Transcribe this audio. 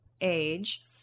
age